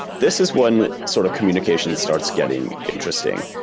this is one sort of communication starts getting interesting,